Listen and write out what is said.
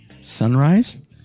Sunrise